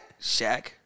Shaq